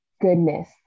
goodness